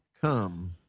come